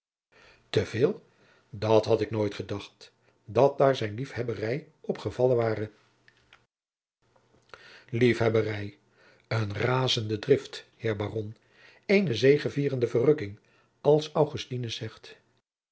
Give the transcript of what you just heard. veel dat had ik nooit gedacht dat daar zijne lief hebberij op gevallen ware lief hebberij een razende drift eer aron eene zegevierende verrukking als augustinus zegt